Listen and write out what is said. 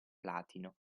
platino